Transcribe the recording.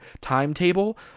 timetable